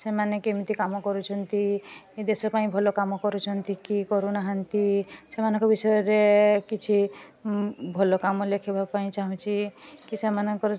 ସେମାନେ କେମତି କାମ କରୁଛନ୍ତି ଏ ଦେଶ ପାଇଁ ଭଲ କାମ କରୁଛନ୍ତି କି କରୁନାହାନ୍ତି ସେମାନଙ୍କ ବିଷୟରେ କିଛି ଭଲ କାମ ଲେଖିବା ପାଇଁ ଚାହୁଁଛି କି ସେମାନଙ୍କର